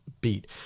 beat